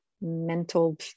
mental